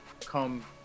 come